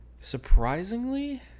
Surprisingly